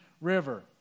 River